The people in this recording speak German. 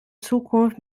zukunft